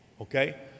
okay